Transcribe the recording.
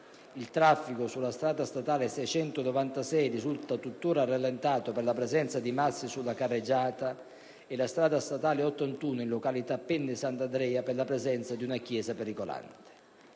Il traffico sulla strada statale 696 risulta tuttora rallentato per la presenza di massi sulla carreggiata e la strada statale 81 in località Penne S. Andrea per la presenza di una chiesa pericolante.